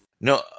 No